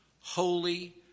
holy